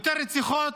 יותר רציחות,